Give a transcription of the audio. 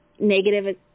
Negative